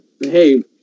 hey